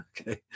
okay